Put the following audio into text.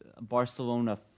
Barcelona